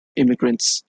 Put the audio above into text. immigrants